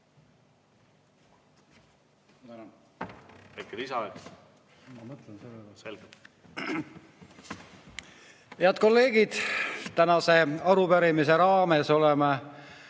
Head kolleegid! Tänase arupärimise raames oleme